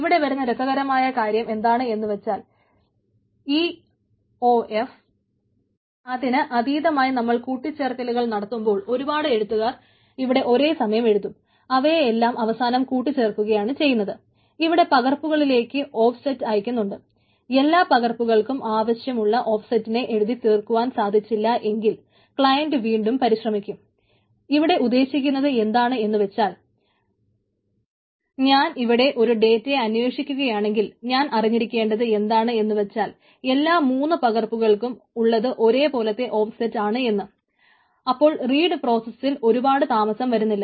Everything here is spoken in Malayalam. ഇവിടെ വരുന്ന രസകരമായ കാര്യം എന്താണ് എന്നു വച്ചാൽ ഈ ഒ എഫ് ഒരുപാട് താമസം വരുന്നില്ല